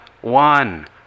one